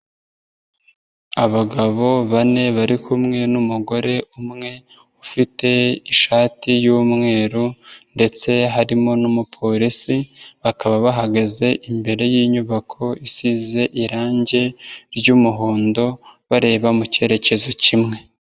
Abagabo bane bari kumwe n'umugore umwe, ufite ishati y'umweru ndetse harimo n'umupolisi, bakaba bahagaze imbere y'inyubako isize irangi ry'umuhondo, bareba mu cyerekezo kimwe.